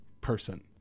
person